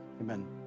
Amen